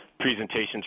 presentations